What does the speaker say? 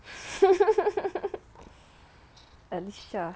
alicia